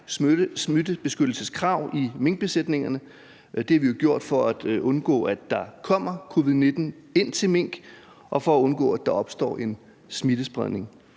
smittebeskyttelseskrav i minkbesætningerne, og det har vi jo gjort for at undgå, at der kommer covid-19 ind til mink, og for at undgå, at der opstår en smittespredning.